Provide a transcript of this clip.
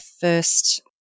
first